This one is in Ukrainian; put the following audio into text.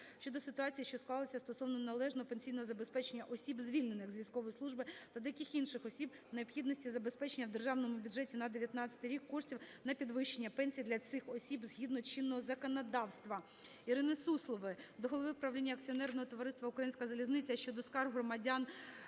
щодо ситуації, що склалася стосовно неналежного пенсійного забезпечення осіб, звільнених з військової служби та деяких інших осіб, необхідності забезпечення в Державному бюджеті на 19-й рік коштів на підвищення пенсій для цих осіб згідно чинного законодавства. Ірини Суслової до голови правління акціонерного товариства "Українська залізниця" щодо скарг громадян